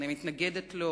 אני מתנגדת לו.